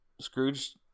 Scrooge